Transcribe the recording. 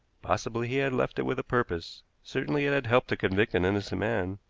possibly he had left it with a purpose certainly it had helped to convict an innocent man.